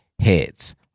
heads